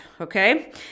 okay